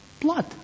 Blood